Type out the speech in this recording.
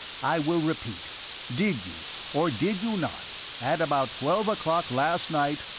i will repeat did you, or did you not, at about twelve o'clock last night,